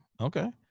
Okay